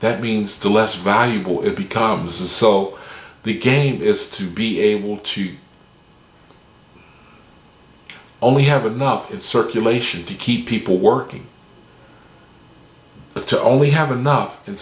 that means the less valuable it becomes a so the game is to be able to only have enough in circulation to keep people working but to only have enough in